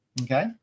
Okay